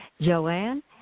Joanne